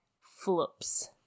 flips